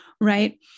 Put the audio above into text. right